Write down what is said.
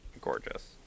Gorgeous